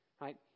Right